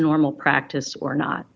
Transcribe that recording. normal practice or not